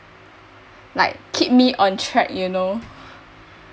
like keep me on track you know